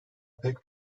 pek